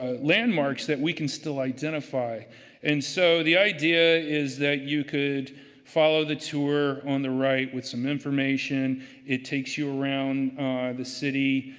ah landmarks that we can still identify and so the idea is that you could follow the tour on the right with some information it takes you around the city.